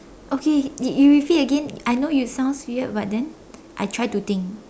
okay you you repeat again I know it sounds weird but then I try to think